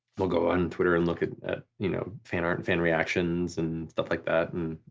we'll go on twitter and look at at you know fan art and fan reactions and stuff like that.